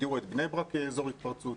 הגדירו את בני ברק כאזור התפרצות,